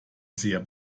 sehr